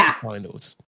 finals